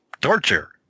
torture